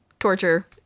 Torture